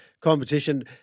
competition